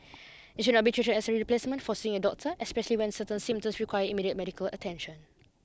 it should not be treated as a replacement for seeing a doctor especially when certain symptoms require immediate medical attention